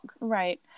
Right